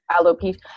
alopecia